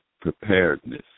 preparedness